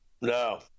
No